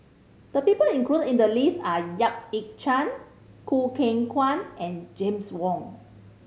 the people included in the list are Yap Ee Chian Choo Keng Kwang and James Wong